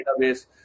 database